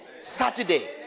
Saturday